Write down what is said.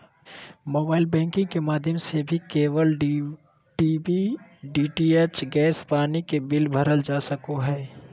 mobile banking के माध्यम से भी केबल टी.वी, डी.टी.एच, गैस, पानी के बिल भरल जा सको हय